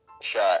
shot